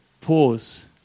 pause